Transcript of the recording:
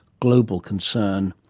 global concern.